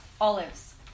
olives